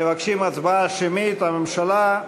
מבקשים הצבעה שמית, הממשלה.